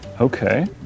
Okay